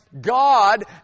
God